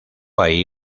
ahí